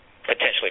potentially